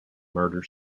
murder